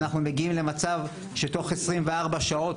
שאנחנו מגיעים למצב שתוך עשרים וארבע שעות